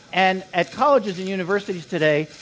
and at colleges and universities today,